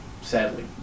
Sadly